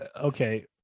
okay